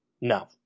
no